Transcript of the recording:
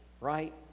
right